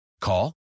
Call